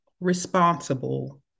responsible